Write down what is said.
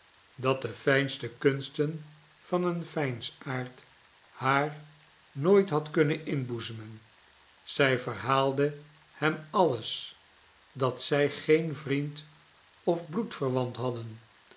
dat de fijnste kunsten van een veinsaard haar nooit had kunnen inboezemen zij verhaalde hem alles dat zij geen vriend of bloedverwant hadden